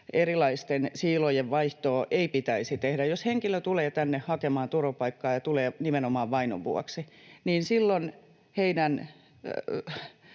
erilaisten siilojen vaihtoa ei pitäisi tehdä. Jos henkilöitä tulee tänne hakemaan turvapaikkaa ja nimenomaan vainon vuoksi, niin silloin heidän